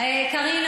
קארין,